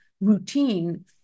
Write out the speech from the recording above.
routine